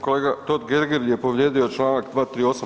Kolega Totgergeli je povrijedio Članak 238.